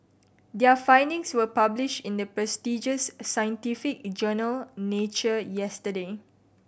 their findings will published in the prestigious scientific journal Nature yesterday